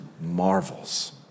marvels